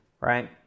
right